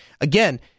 again